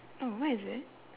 oh where is it